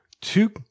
two